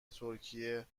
ترکیه